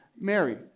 Mary